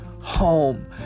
home